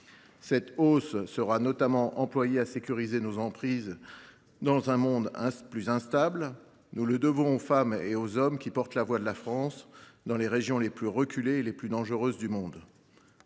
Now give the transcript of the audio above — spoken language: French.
Cette hausse sera notamment employée à sécuriser nos emprises dans un monde plus instable. Nous le devons aux femmes et aux hommes qui portent la voix de la France dans les régions les plus reculées et les plus dangereuses du monde.